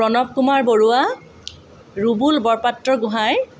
Pranab Kumar Baruah Rubul Borpatra Gohain